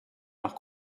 nach